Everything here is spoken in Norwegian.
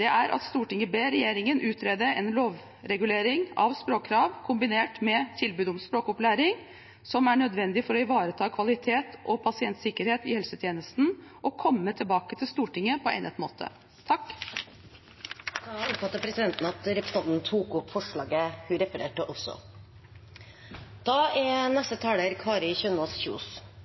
er: «Stortinget ber regjeringen utrede en lovregulering av språkkrav – kombinert med tilbud om språkopplæring – som er nødvendig for å ivareta kvalitet og pasientsikkerhet i helsetjenesten, og komme tilbake til Stortinget på egnet måte.» Da oppfatter presidenten at representanten Hilde Kristin Holtesmo tok opp det forslaget hun refererte.